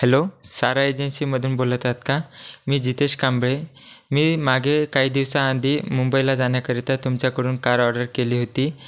hello सारा एजन्सीमधून बोलत आहात का मी जितेश कांबळे मी मागे काही दिवसांआधी मुंबईला जाण्याकरिता तुमच्याकडून कार ऑर्डर केली होती